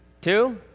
Two